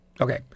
Okay